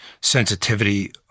sensitivity